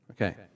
Okay